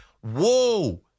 whoa